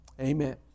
Amen